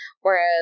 Whereas